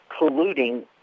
colluding